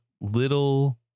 little